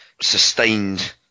sustained